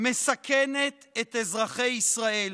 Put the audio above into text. מסכנת את אזרחי ישראל.